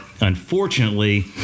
unfortunately